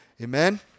Amen